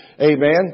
Amen